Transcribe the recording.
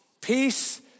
Peace